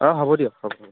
অ হ'ব দিয়ক হ'ব